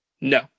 No